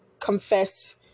confess